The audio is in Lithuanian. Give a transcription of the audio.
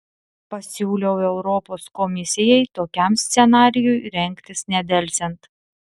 pasiūliau europos komisijai tokiam scenarijui rengtis nedelsiant